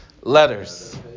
letters